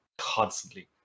constantly